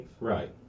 Right